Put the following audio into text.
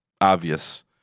obvious